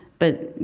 but,